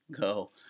go